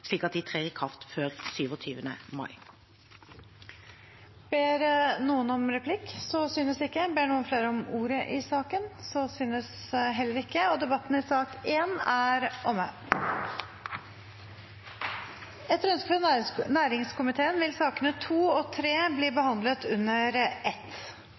slik at de trer i kraft før 27. mai. Flere har ikke bedt om ordet til sak nr. 1. Etter ønske fra næringskomiteen vil sakene nr. 2 og 3 bli behandlet under ett.